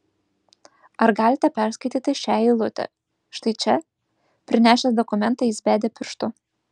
ar galite perskaityti šią eilutę štai čia prinešęs dokumentą jis bedė pirštu